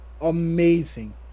amazing